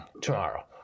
tomorrow